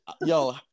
yo